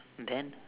then